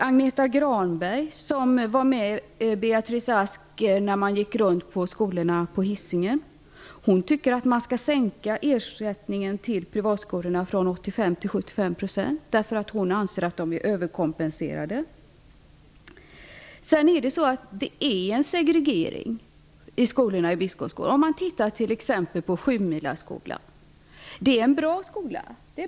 Agneta Granberg, som var med när Beatrice Ask besökte skolorna på Hisingen, tycker att ersättningen till privatskolorna skall minskas från 85 % till 75 %. Hon anser nämligen att privatskolorna är överkompenserade. Sedan vill jag framhålla att det finns en segregering på skolorna i Biskopsgården. Sjumilaskolan t.ex. är en bra skola.